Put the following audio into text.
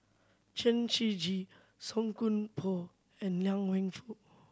Chen Shiji Song Koon Poh and Liang Wenfu